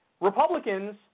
Republicans